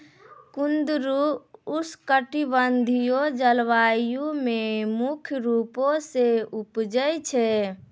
कुंदरु उष्णकटिबंधिय जलवायु मे मुख्य रूपो से उपजै छै